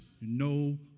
no